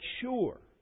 sure